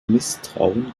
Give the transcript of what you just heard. misstrauen